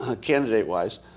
candidate-wise